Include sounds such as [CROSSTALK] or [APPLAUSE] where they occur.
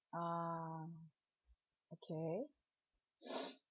uh okay [NOISE]